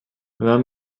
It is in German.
man